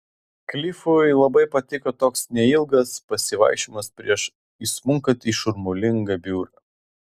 klifui labai patiko toks neilgas pasivaikščiojimas prieš įsmunkant į šurmulingą biurą